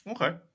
okay